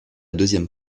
deuxième